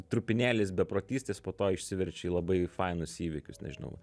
trupinėlis beprotystės po to išsiverčia į labai fainus įvykius nežinau